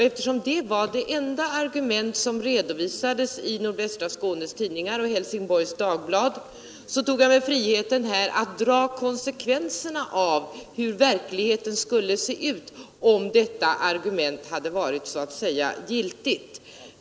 Eftersom det var det enda argument som redovisades i Nordvästra Skånes Tidningar och Helsingborgs Dagblad, tog jag mig friheten här att dra konsekvenserna av hur verkligheten skulle se ut om detta argument hade varit så att säga giltigt.